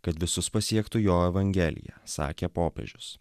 kad visus pasiektų jo evangelija sakė popiežius